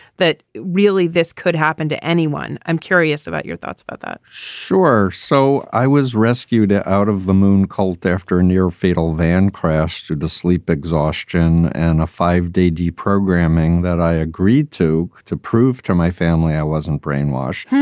that really this could happen to anyone. i'm curious about your thoughts about that sure. so i was rescued ah out of the moon cult after a near-fatal van crashed the sleep exhaustion and a five day deprogramming that i agreed to to prove to my family i wasn't brainwashed.